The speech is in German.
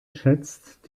schätzt